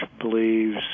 believes